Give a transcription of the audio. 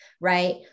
right